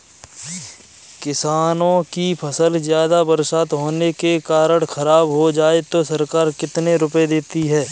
किसानों की फसल ज्यादा बरसात होने के कारण खराब हो जाए तो सरकार कितने रुपये देती है?